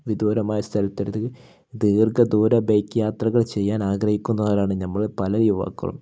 വിദൂരമായ സ്ഥലത്തേക്കി ദീർഘദൂര ബൈക്ക് യാത്രകൾ ചെയ്യാൻ ആഗ്രഹിക്കുന്നവരാണ് നമ്മളിൽ പല യുവാക്കളും